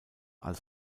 als